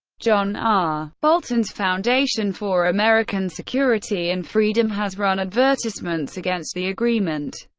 john r. bolton's foundation for american security and freedom has run advertisements against the agreement,